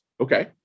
Okay